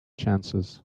chances